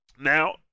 now